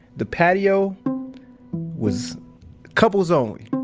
the patio was couples only